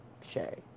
Shay